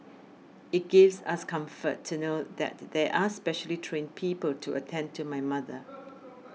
it gives us comfort to know that there are specially trained people to attend to my mother